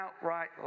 outright